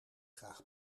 graag